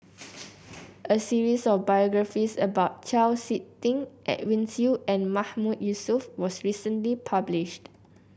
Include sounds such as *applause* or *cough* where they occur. *noise* a series of biographies about Chau SiK Ting Edwin Siew and Mahmood Yusof was recently published